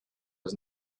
was